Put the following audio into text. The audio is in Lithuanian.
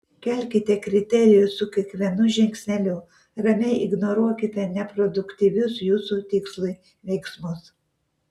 kelkite kriterijų su kiekvienu žingsneliu ramiai ignoruokite neproduktyvius jūsų tikslui veiksmus